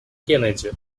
кеннеди